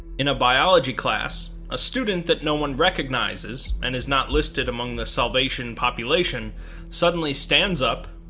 in a biology class, a student that no one recognizes and is not listed among the salvation population suddenly stands up,